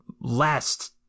last